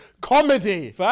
Comedy